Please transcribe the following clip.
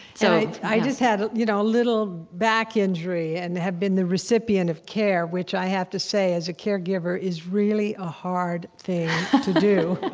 so i just had you know a little back injury and have been the recipient of care, which, i have to say, as a caregiver, is really a hard thing to do.